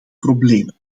problemen